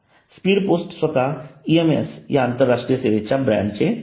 speed post स्वतः EMS या आंतरराष्ट्रीय सेवेच्या ब्रँडचे नाव आहे